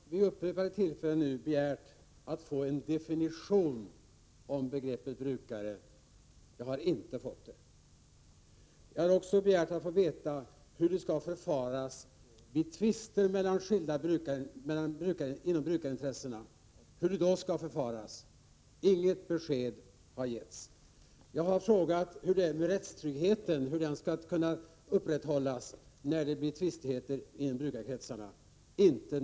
Herr talman! Jag har vid upprepade tillfällen nu begärt att få en definition av begreppet brukare. Det har jag inte fått. Jag har också begärt att få veta hur det skall förfaras vid tvister mellan brukarintressena. Inget besked har getts. Jag har vidare frågat hur rättstryggheten skall upprätthållas när det blir tvister i brukarkretsar.